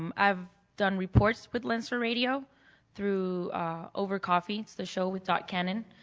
um i've done reports with lancer radio through over coffee, the show with dot cannon,